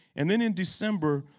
and then in december,